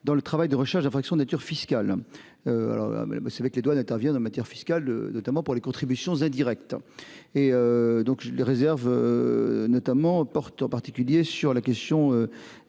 dans le travail de recherche d'infractions de nature fiscale. Alors ah mais, mais c'est vrai que les douanes interviennent en matière fiscale notamment pour les contributions indirectes et donc des réserves. Notamment. En particulier sur la question